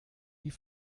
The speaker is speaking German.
die